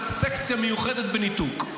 את סקציה מיוחדת בניתוק.